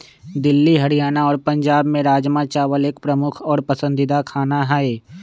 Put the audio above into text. दिल्ली हरियाणा और पंजाब में राजमा चावल एक प्रमुख और पसंदीदा खाना हई